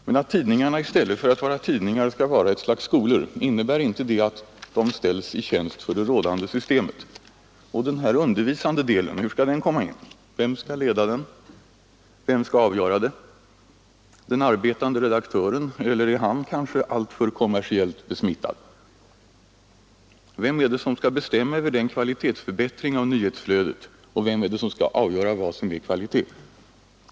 Men att tidningarna i stället för att vara tidningar skall vara ett slags skolor, innebär inte det att de ställs i tjänst hos det rådande systemet? Och den undervisande delen — hur skall den komma in? Vem skall leda den? Vem budets inverkan på den demokratiska opinionsbildningen skall avgöra det? Den arbetande redaktören — eller är han kanske alltför kommersiellt besmittad? Vem skall bestämma över kvalitetsförbättringen av nyhetsflödet och vem skall avgöra vad som är kvalitet?